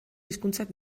hizkuntzak